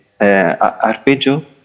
arpeggio